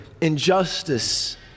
injustice